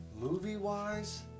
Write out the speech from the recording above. movie-wise